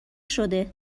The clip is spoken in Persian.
شده